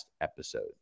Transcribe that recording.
episode